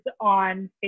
on